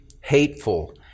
hateful